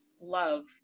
love